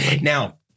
Now